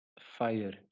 fire